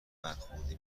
برخوردی